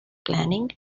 planning